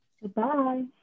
goodbye